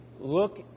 look